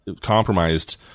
compromised